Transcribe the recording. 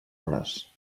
hores